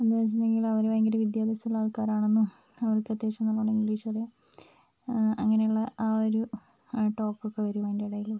എന്താന്ന് വെച്ചിട്ടുണ്ടെങ്കിൽ അവർ ഭയങ്കര വിദ്യാഭ്യാസമുള്ള ആൾക്കാരാണെന്നും അവർക്കത്യാവശ്യം നല്ലോണം ഇംഗ്ലീഷ് അറിയാം അങ്ങനെയുള്ള ആ ഒരു ടോക്കൊക്കെ വരും അതിന്റിടയിലൂടെ